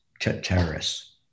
terrorists